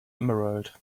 emerald